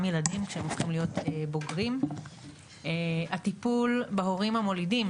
ילדים כשהם הופכים להיות בוגרים; הטיפול בהורים המולידים,